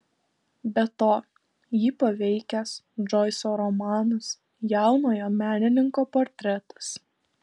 be to jį paveikęs džoiso romanas jaunojo menininko portretas